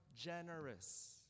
generous